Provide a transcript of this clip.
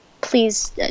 please